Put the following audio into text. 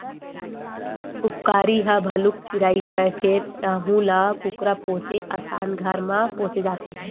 उपकारी ह भलुक चिरई हरय फेर यहूं ल कुकरा पोसे असन घर म पोसे जाथे